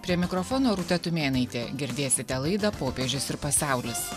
prie mikrofono rūta tumėnaitė girdėsite laidą popiežius ir pasaulis